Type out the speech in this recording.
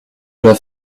dois